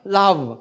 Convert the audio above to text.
love